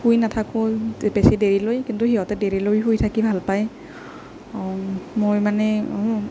শুই নাথাকোঁ বেছি দেৰিলৈ কিন্তু সিহঁতে দেৰিলৈ শুই থাকি ভাল পায় মই মানে